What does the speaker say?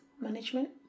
Management